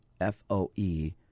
F-O-E